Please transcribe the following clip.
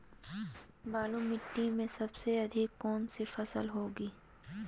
बालू मिट्टी में सबसे अधिक कौन सी फसल होगी?